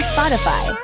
Spotify